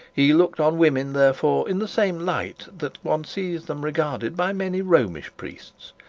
he looked on women, therefore, in the same light that one sees then regarded by many romish priests.